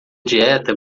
dieta